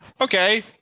Okay